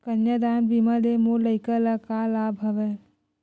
कन्यादान बीमा ले मोर लइका ल का लाभ हवय?